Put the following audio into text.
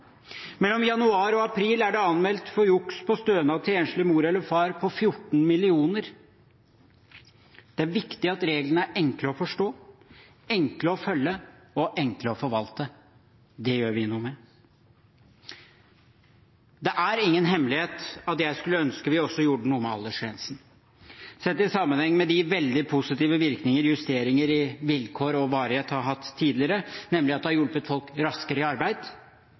Mellom januar og april er det anmeldt juks på stønad til enslig mor eller far på 14 mill. kr. Det er viktig at reglene er enkle å forstå, enkle å følge og enkle å forvalte. Det gjør vi noe med. Det er ingen hemmelighet at jeg skulle ønske at vi også gjorde noe med aldersgrensen. Sett i sammenheng med de veldig positive virkningene justeringer i vilkår og varighet har hatt tidligere, nemlig at det har hjulpet folk raskere i arbeid,